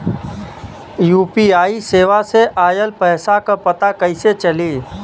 UPI सेवा से ऑयल पैसा क पता कइसे चली?